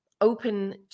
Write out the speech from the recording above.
open